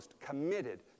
committed